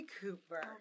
Cooper